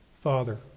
Father